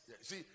see